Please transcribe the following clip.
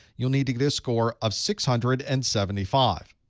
you'll need to get a score of six hundred and seventy five.